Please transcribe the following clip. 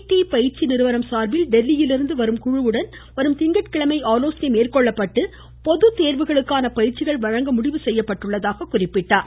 D பயிற்சி நிறுவனம் சார்பில் டெல்லியிலிருந்து வரும் குழுவுடன் வரும் திங்கட் கிழமை ஆலோசனை மேற்கொள்ளப்பட்டு பொது தேர்வுகளுக்கான பயிற்சிகள் வழங்க முடிவு செய்யப்பட்டுள்ளது என்றார்